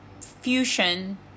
fusion